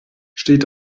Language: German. steht